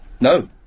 No